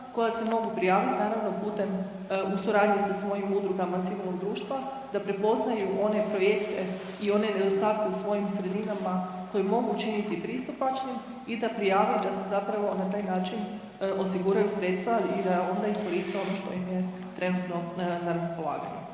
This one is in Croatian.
koja se mogu prijavit naravno putem u suradnji sa svojim udrugama civilnog društva da prepoznaju one projekte i one nedostatke u svojim sredinama koji mogu učiniti pristupačnim i da prijave i da se zapravo na taj način osiguraju sredstva i da onda iskoriste ono što im je trenutno na raspolaganju.